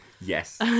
Yes